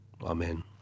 Amen